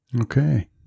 Okay